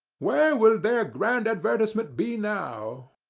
where will their grand advertisement be now?